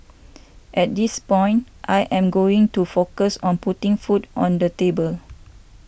at this point I am going to focus on putting food on the table